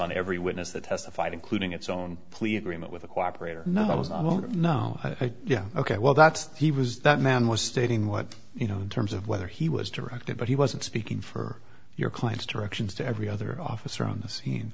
on every witness that testified including its own plea agreement with cooperate or not was i don't know yeah ok well that's he was that man was stating what you know in terms of whether he was directed but he wasn't speaking for your clients directions to every other officer on the scene